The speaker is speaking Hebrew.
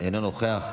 אינו נוכח.